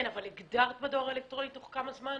הגדרת בדואר האלקטרוני תוך כמה זמן?